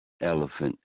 elephant